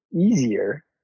easier